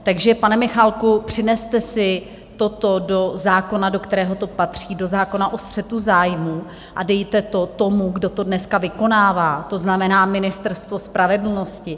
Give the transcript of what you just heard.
Takže pane Michálku, přineste si toto do zákona, do kterého to patří, do zákona o střetu zájmů, a dejte to tomu, kdo to dneska vykonává, to znamená Ministerstvo spravedlnosti.